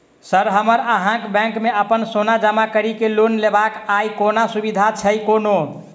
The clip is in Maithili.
सर हमरा अहाँक बैंक मे अप्पन सोना जमा करि केँ लोन लेबाक अई कोनो सुविधा छैय कोनो?